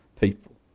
people